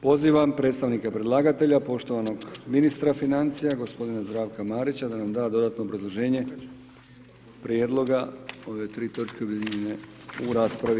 Pozivam predstavnika predlagatelja, poštovanog ministra financija, gospodina Zdravka Marića da nam da dodatno obrazloženje Prijedloga ove tri točke objedinjene u raspravi.